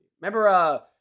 Remember